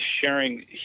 sharing